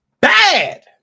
Bad